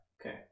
Okay